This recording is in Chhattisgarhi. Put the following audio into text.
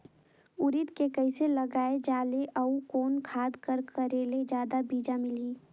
उरीद के कइसे लगाय जाले अउ कोन खाद कर करेले जादा बीजा मिलही?